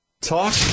Talk